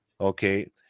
Okay